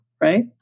right